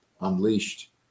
unleashed